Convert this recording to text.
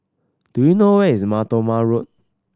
do you know where is Mar Thoma Road